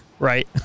right